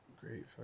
great